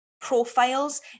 profiles